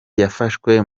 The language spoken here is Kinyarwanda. yafashwe